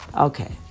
Okay